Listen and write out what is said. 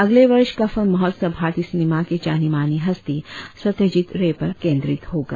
अगले वर्ष का फिल्म महोत्सव भारतीय सिनेमा की जानी मानी हस्ती सत्यजित रे पर केंद्रित होगा